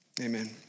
amen